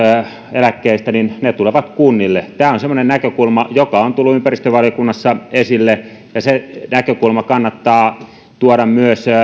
eläkkeistä tulevat kunnille tämä on semmoinen näkökulma joka on tullut ympäristövaliokunnassa esille ja se näkökulma kannattaa tuoda myös